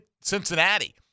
Cincinnati